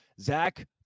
Zach